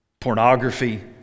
Pornography